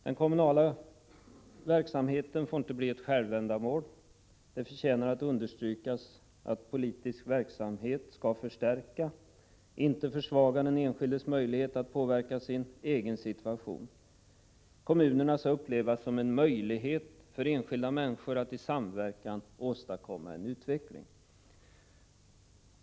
Den kommunala verksamheten får inte bli ett självändamål. Det förtjänar att understrykas att politisk verksamhet skall förstärka — inte försvaga — den enskildes möjlighet att påverka sin egen situation. Kommunerna skall upplevas som en möjlighet för enskilda människor att i samverkan åstadkomma en utveckling.